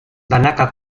banaka